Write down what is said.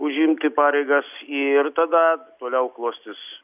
užimti pareigas ir tada toliau klostys